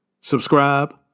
subscribe